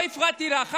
לא הפרעתי לך.